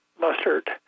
mustard